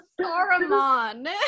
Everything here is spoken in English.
Saruman